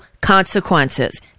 consequences